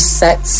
sex